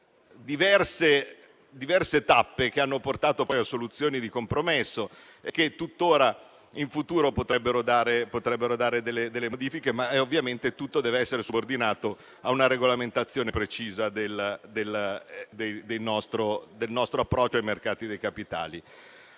diverse tappe che hanno portato poi a soluzioni di compromesso e che tuttora in futuro potrebbero portare a modifiche, ma tutto dev'essere subordinato a una regolamentazione precisa del nostro approccio ai mercati dei capitali.